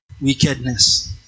wickedness